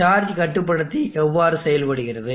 charge கட்டுப்படுத்தி எவ்வாறு செயல்படுகிறது